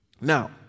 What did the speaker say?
Now